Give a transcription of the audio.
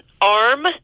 arm